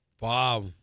Wow